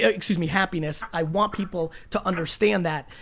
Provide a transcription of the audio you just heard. excuse me, happiness. i want people to understand that.